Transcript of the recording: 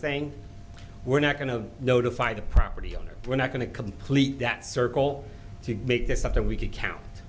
saying we're not going to notify the property owner we're not going to complete that circle to make this up that we could count